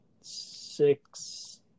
Six